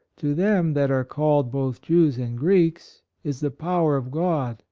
to them that are called, both jews and greeks, is the power of god,